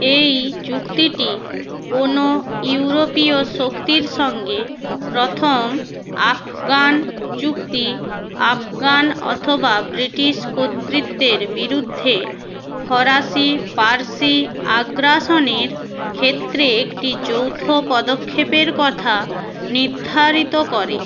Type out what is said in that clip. এই চুক্তিটি কোনো ইউরোপীয় শক্তির সঙ্গে প্রথম আফগান চুক্তি আফগান অথবা ব্রিটিশ কর্তৃত্বের বিরুদ্ধে ফরাসি পার্শি আগ্রাসনের ক্ষেত্রে একটি যৌথ পদক্ষেপের কথা নির্ধারিত করে